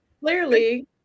Clearly